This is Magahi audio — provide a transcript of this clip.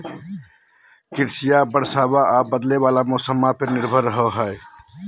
कृषिया बरसाबा आ बदले वाला मौसम्मा पर निर्भर रहो हई